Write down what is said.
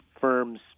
firms